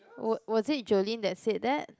oh was it Jolene that said that